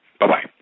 Bye-bye